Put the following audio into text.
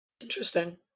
interesting